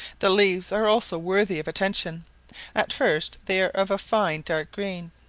the leaves are also worthy of attention at first they are of a fine dark green,